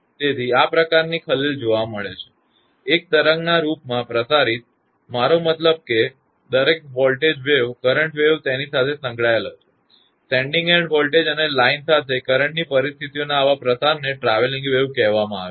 તેથી આ પ્રકારની ખલેલ જોવામાં આવે છે એક તરંગના રૂપમાં પ્રસારિત મારો મતલબ કે દરેક વોલ્ટેજ વેવ કરંટ વેવ તેની સાથે સંકળાયેલ હશે સેન્ડીંગ એન્ડ વોલ્ટેજ અને લાઇન સાથે કરંટની પરિસ્થિતિઓના આવા પ્રસારને ટ્રાવેલીંગ વેવ કહેવામાં આવે છે